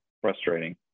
frustrating